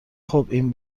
خوب، این